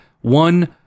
one